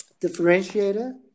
differentiator